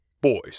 Boys